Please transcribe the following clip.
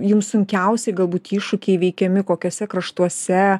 jums sunkiausi galbūt iššūkiai įveikiami kokiuose kraštuose